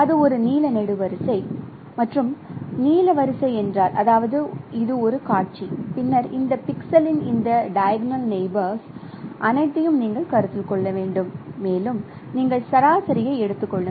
அது ஒரு நீல நெடுவரிசை மற்றும் நீல வரிசை என்றால் அதாவது இது ஒரு காட்சி பின்னர் இந்த பிக்சலின் இந்த "டைகோனல் நெயிபோர்' அனைத்தையும் நீங்கள் கருத்தில் கொள்ள வேண்டும் மேலும் நீங்கள் சராசரியை எடுத்துக் கொள்ளுங்கள்